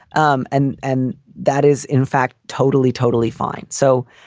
um and and that is in fact totally, totally fine. so